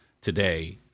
today